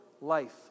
life